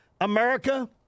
America